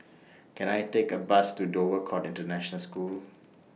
Can I Take A Bus to Dover Court International School